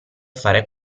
fare